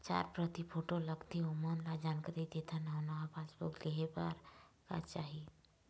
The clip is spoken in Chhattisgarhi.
चार प्रति फोटो लगथे ओमन ला जानकारी देथन अऊ नावा पासबुक लेहे बार का का चाही?